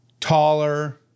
taller